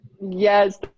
Yes